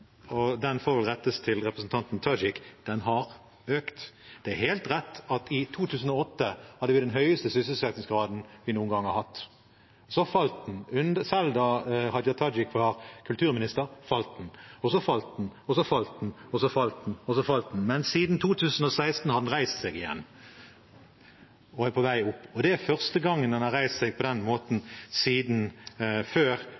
Tajik: Den har økt. Det er helt rett at i 2008 hadde vi den høyeste sysselsettingsgraden vi noen gang hadde hatt. Så falt den. Selv da Hadia Tajik var kulturminister, falt den. Og så falt den og falt den. Men siden 2016 har den reist seg igjen og er på vei opp. Det er første gangen den har reist seg på den måten siden før